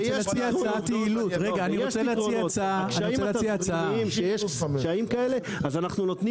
אנחנו מקבלים בקשות כאלה ואנחנו מטפלים